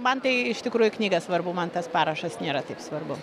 man tai iš tikrųjų knyga svarbu man tas parašas nėra taip svarbu